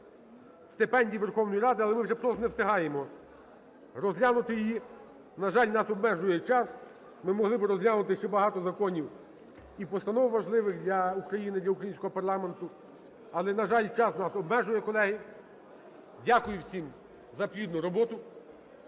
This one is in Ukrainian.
стипендій Верховної Ради, але ми вже просто не встигаємо розглянути її. На жаль, нас обмежує час. Ми могли би розглянути ще багато законів і постанов важливих для України, для українського парламенту, але, на жаль, час нас обмежує, колеги. Дякую всім за плідну роботу.